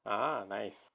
ah nice